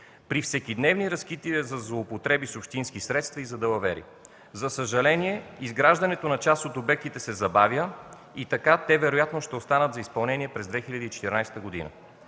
при всекидневни разкрития за злоупотреби с общински средства и за далавери. За съжаление, изграждането на част от обектите се забавя и така те вероятно ще останат за изпълнение през 2014 г.